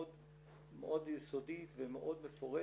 מאוד יסודית ומאוד מפורטת.